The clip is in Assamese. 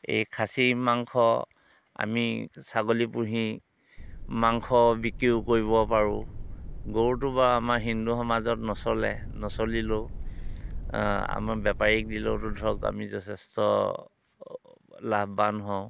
এই খাচী মাংস আমি ছাগলী পুহি মাংস বিক্ৰীও কৰিব পাৰোঁ গৰুটো বাৰু আমাৰ হিন্দু সমাজত নচলে নচলিলেও আমাৰ বেপাৰীক দিলেওতো ধৰক আমি যথেষ্ট লাভৱান হওঁ